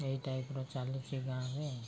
ଏଇ ଟାଇପ୍ର ଚାଲିଛି ଗାଁରେ